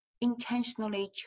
intentionally